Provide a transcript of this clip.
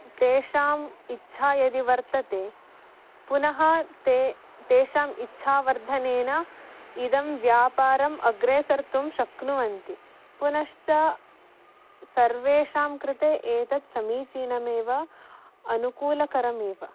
तेषाम् इच्छा यदि वर्तते पुनः ते तेषाम् इच्छावर्धनेन इदं व्यापारम् अग्रे सर्तुं शक्नुवन्ति पुनश्च सर्वेषां कृते एतत् समीचीनमेव अनुकूलकरम् एव